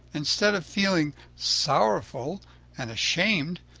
instead of feeling sorrowful and ashamed,